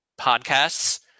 podcasts